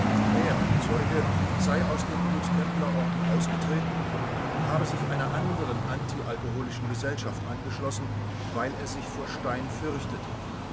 er zeuge sei aus dem guttemplerorden ausgetreten und habe sich einer anderen antialkoholischen gesellschaft angeschlossen weil er sich vor stein fürchtete